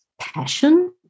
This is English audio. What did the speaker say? passion